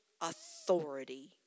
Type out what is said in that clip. authority